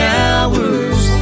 hours